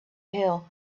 hill